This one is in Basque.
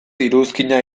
iruzkina